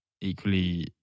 equally